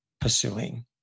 pursuing